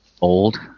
old